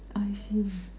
I see